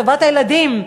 טובת הילדים,